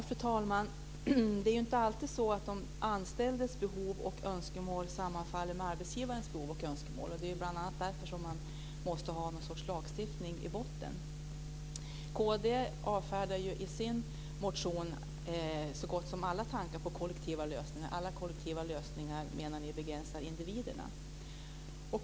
Fru talman! Det är inte alltid så att de anställdas behov och önskemål sammanfaller med arbetsgivarens behov och önskemål. Det är bl.a. därför som man måste ha en sorts lagstiftning i botten. Kd avfärdar i sin motion så gott som alla tankar på kollektiva lösningar. Alla kollektiva lösningar menar ni begränsar individerna.